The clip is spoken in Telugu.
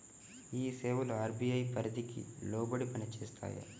ఈ సేవలు అర్.బీ.ఐ పరిధికి లోబడి పని చేస్తాయా?